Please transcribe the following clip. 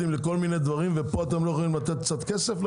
מיליארדי שקלים לכל מיני דברים וכאן אתם לא יכולים לתת קצת כסף?